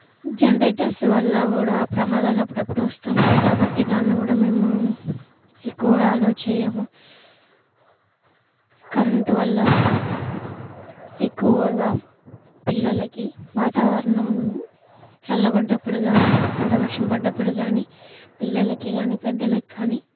generators వల్ల కూడా ఆ ప్రమాదాల అప్పుడప్పుడు వస్తుంటాయి కాబట్టి దాన్ని కూడా మేము ఎక్కువగా అలో చేయము కరెంటు వల్ల ఎక్కువగా పిల్లలకి వాతావరణంలో చల్లబడ్డప్పుడు కానీ లేకుండా వర్షం పడ్డప్పుడు కానీ పిల్లలకి కానీ పెద్దలకు కానీ